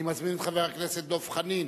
אני מזמין את חבר הכנסת דב חנין